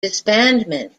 disbandment